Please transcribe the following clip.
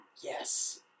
Yes